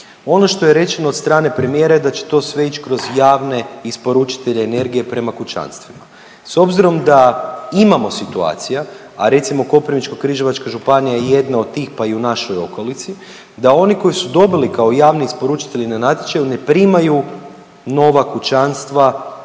Ono što je rečeno od strane premijera da će to sve ići kroz javne isporučitelje energije prema kućanstvima. S obzirom da imamo situacija, a recimo Koprivničko-križevačka županija je jedna od tih pa i u našoj okolici, da oni koji su dobili kao javni isporučitelji na natječaju ne primaju nova kućanstva